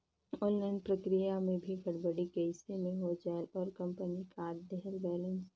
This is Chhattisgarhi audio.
ऑनलाइन प्रक्रिया मे भी गड़बड़ी कइसे मे हो जायेल और कंपनी काट देहेल बैलेंस?